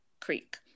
Creek